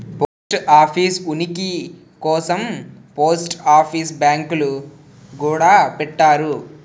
post office ఉనికి కోసం post office బ్యాంకులు గూడా పెట్టారు